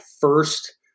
first